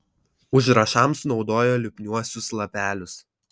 užrašams naudojo lipniuosius lapelius